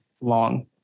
long